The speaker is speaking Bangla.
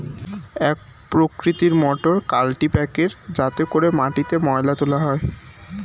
এক প্রকৃতির মোটর কাল্টিপ্যাকের যাতে করে মাটিতে ময়লা তোলা হয়